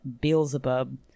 Beelzebub